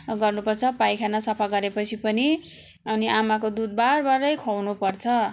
गर्नु पर्छ पाइखाना सफा गरे पछि पनि अनि आमाको दुध बार बार खुवाउनु पर्छ